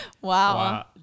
Wow